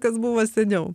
kas buvo seniau